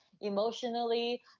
emotionally